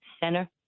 Center